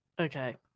Okay